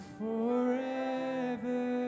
forever